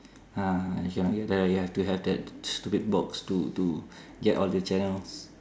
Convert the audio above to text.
ah actually ya you have to have that stupid box to to get all the channel